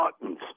buttons